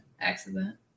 accident